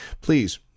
please